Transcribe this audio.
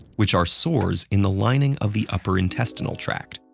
which are sores in the lining of the upper intestinal tract.